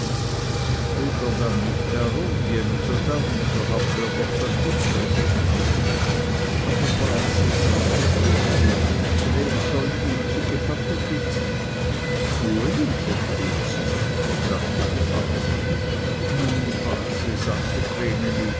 tut er dann nicht darum je nun so dann so haben wir doch das unsere getan aber base sagte vreneli wer soll ihn zu gevatter bitten uli versteht sich sagte die base nein base sagte